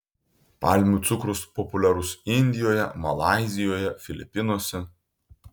palmių cukrus populiarus indijoje malaizijoje filipinuose